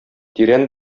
тирән